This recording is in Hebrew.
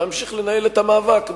ואמשיך לנהל את המאבק,